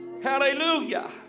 Hallelujah